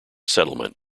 settlement